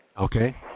Okay